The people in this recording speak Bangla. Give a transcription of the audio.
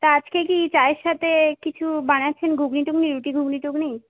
তা আজকে কি চায়ের সাথে কিছু বানাচ্ছেন ঘুগনি টুগনি রুটি ঘুগনি টুগনি